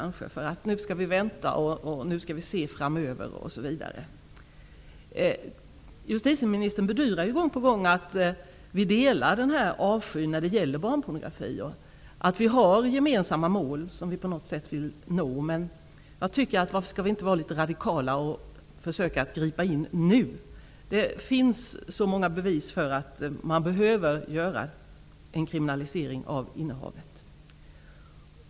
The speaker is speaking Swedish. Nu skall man vänta och se framöver, osv. Justitieministern bedyrar gång på gång att vi delar avskyn när det gäller barnpornografi och att vi har gemensamma mål som vi vill nå. Varför kan vi inte vara litet radikala och försöka gripa in nu? Det finns så många bevis för att innehavet måste kriminaliseras.